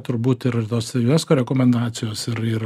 turbūt ir tos unesco rekomendacijos ir ir